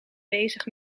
bezig